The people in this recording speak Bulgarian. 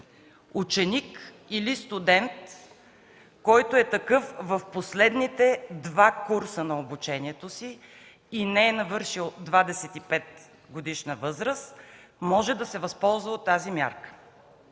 Ученик или студент, който е такъв в последните два курса на обучението си и не е навършил 25-годишна възраст, може да се възползва от тази мярка.